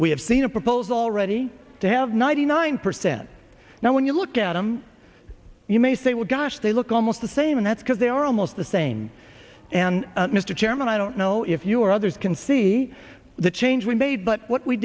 we have seen a proposal already to have ninety nine percent now when you look at them you may say well gosh they look almost the same and that's because they are almost the same and mr chairman i don't know if you or others can see the change we made but what we